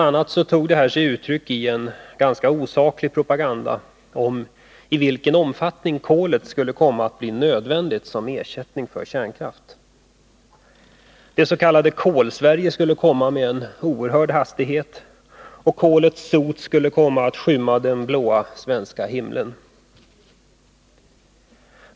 a. tog detta sig uttryck i en ganska osaklig propaganda om i vilken utsträckning kolet skulle komma att bli nödvändigt som ersättning för kärnkraft. Det ss.k. Kolsverige skulle komma med en oerhörd hastighet, och kolets sot skulle komma att skymma den blåa, svenska himlen.